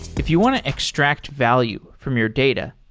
if you want to extract value from your data,